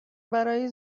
برای